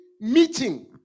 meeting